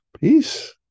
Peace